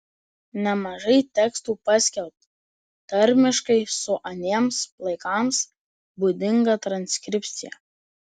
nemažai tekstų paskelbta tarmiškai su aniems laikams būdinga transkripcija